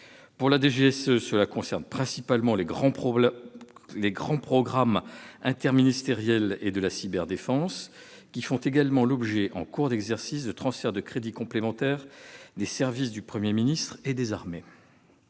Pour la DGSE, cette hausse concerne principalement les grands programmes interministériels et la cyberdéfense, qui font également l'objet, en cours d'exercice, de transferts de crédits complémentaires des services du Premier ministre et des armées.